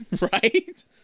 Right